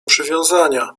przywiązania